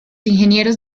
ingenieros